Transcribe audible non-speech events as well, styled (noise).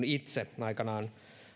(unintelligible) itse olen aikanaan